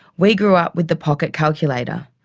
we grew up with the pocket calculator,